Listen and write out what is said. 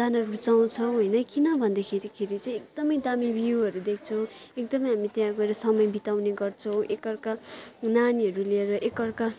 जान रुचाउँछौ होइन किनभन्दाखेरि खेरि चाहिँ एकदमै दामी भ्यूहरू देख्छौँ एकदमै हामी त्यहाँ गएर समय बिताउने गर्छौँ एक अर्का नानीहरू लिएर एक अर्का